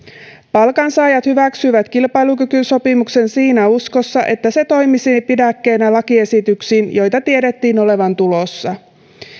palkansaajat hyväksyivät kilpailukykysopimuksen siinä uskossa että se toimisi pidäkkeenä lakiesityksille joita tiedettiin olevan tulossa